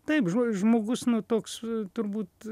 taip žmo žmogus nu toks turbūt